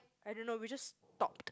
I don't know we just talk